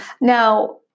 Now